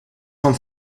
vom